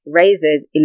Raises